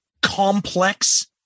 Complex